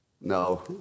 No